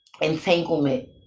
entanglement